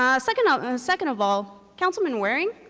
ah second um second of all, councilman waring,